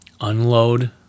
Unload